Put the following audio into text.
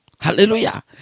Hallelujah